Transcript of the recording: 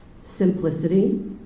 simplicity